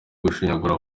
gushyingurwa